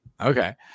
Okay